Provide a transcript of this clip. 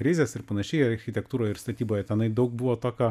krizės ir panašiai architektūroje ir statyboje tenai daug buvo tokio